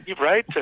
right